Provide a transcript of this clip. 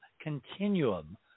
continuum